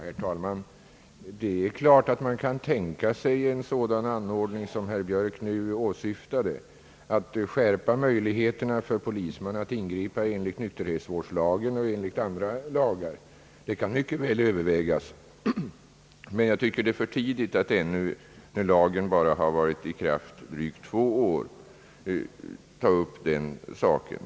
Herr talman! Det är klart att man kan tänka sig en sådan anordning som herr Björk nu åsyftade, alltså att öka polismans möjligheter att ingripa enligt nykterhetsvårdslagen och andra lagar. Den här aktuella lagen har dock bara varit i kraft drygt två år, och därför tycker jag att det ännu är för tidigt att ta upp saken.